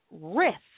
risk